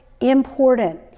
important